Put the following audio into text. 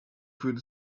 through